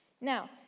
Now